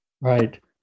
Right